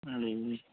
جی جی